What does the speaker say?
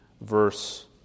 verse